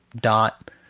dot